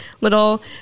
little